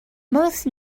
most